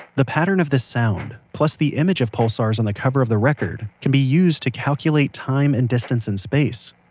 the patterns of this sound, plus the image of pulsars on the cover of the record, can be used to calculate time and distance in space.